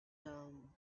down